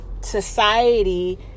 society